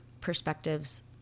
perspectives